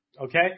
okay